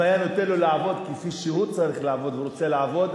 אם הוא היה נותן לו לעבוד כפי שהוא צריך לעבוד ורוצה לעבוד,